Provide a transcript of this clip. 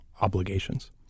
obligations